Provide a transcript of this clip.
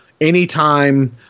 anytime